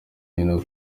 hino